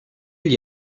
gli